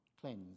cleansed